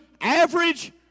average